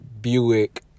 Buick